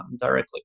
directly